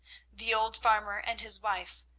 the old farmer and his wife,